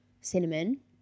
cinnamon